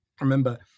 remember